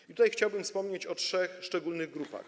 I tutaj chciałbym wspomnieć o trzech szczególnych grupach.